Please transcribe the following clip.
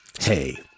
Hey